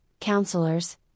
counselors